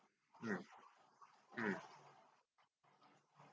mm mm